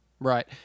right